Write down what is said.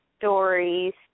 stories